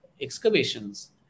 excavations